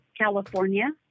California